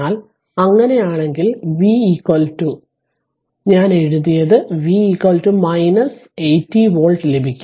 അതിനാൽ അങ്ങനെയാണെങ്കിൽ V ഞാൻ എഴുതിയതെന്തും V 80 വോൾട്ട് ലഭിക്കും